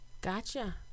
gotcha